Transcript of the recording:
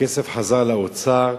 הכסף חזר לאוצר.